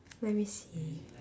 let me see